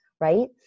right